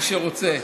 למי שרוצה: